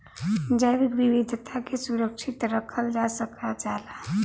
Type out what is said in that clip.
जैविक विविधता के सुरक्षित रखल जा सकल जाला